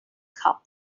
cup